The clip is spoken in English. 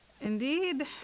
Indeed